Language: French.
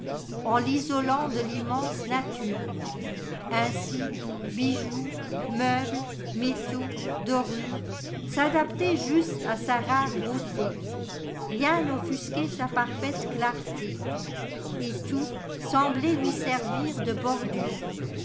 d'enchantéen l'isolant de l'immense nature ainsi bijoux meubles métaux dorure s'ùdaptaient juste à sa rare beauté rien n'offusquait sa parfaite clarté et tout semblait lui servir de bordure